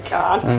God